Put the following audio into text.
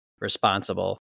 responsible